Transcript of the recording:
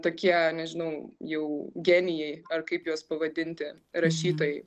tokie nežinau jau genijai ar kaip juos pavadinti rašytojai